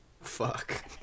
fuck